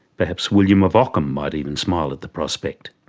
perhaps william of ockham might even smile at the prospect?